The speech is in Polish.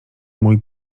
mój